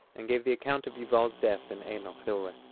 and gave the account of yuval's death in ein el-hilweh.